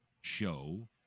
show